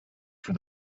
for